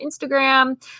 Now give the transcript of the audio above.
Instagram